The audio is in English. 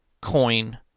coin